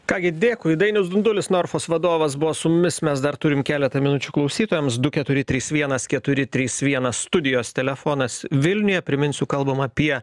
ką gi dėkui dainius dundulis norfos vadovas buvo su mumis mes dar turim keletą minučių klausytojams du keturi trys vienas keturi trys vienas studijos telefonas vilniuje priminsiu kalbam apie